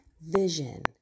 vision